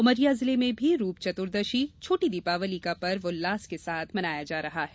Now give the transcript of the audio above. उमरिया जिले में भी रूप चतुर्दशी छोटी दीपावली का पर्व उल्लास के साथ मनाया जा रहा है